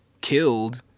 killed